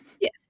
Yes